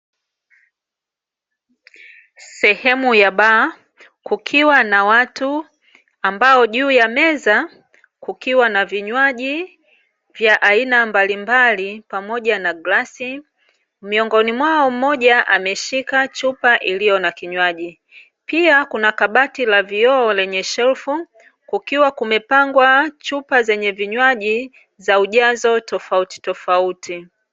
Sehemu ya baa kukiwa na watu ambao juu ya meza kukiwa na vinywaji vya aina mbalimbali, pamoja na glasi. Miongoni mwao mmoja ameshika chupa iliyo na kinywaji. Pia, kuna kabati la vioo lenye shelfu, kukiwa kumepangwa chupa zenye vinywaji za ujazo tofautitofauti.